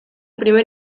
primer